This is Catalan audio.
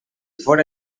fóra